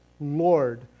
Lord